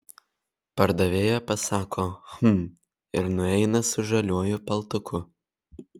pardavėja pasako hm ir nueina su žaliuoju paltuku